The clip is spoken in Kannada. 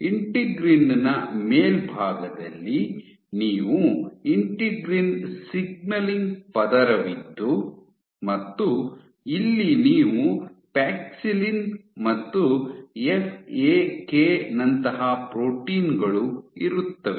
ಇಂಟೆಗ್ರಿನ್ ನ ಮೇಲ್ಭಾಗದಲ್ಲಿ ನೀವು ಇಂಟೆಗ್ರಿನ್ ಸಿಗ್ನಲಿಂಗ್ ಪದರವಿದ್ದು ಮತ್ತು ಇಲ್ಲಿ ನೀವು ಪ್ಯಾಕ್ಸಿಲಿನ್ ಮತ್ತು ಎಫ್ಎಕೆ ನಂತಹ ಪ್ರೋಟೀನ್ ಗಳು ಇರುತ್ತವೆ